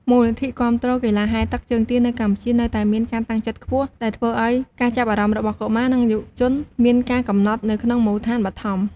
មូលនិធិគាំទ្រកីឡាហែលទឹកជើងទានៅកម្ពុជា នៅតែមានការតាំងចិត្តខ្ពស់ ដែលធ្វើឱ្យការចាប់អារម្មណ៍របស់កុមារនិងយុវជនមានការកំណត់នៅក្នុងមូលដ្ឋានបឋម។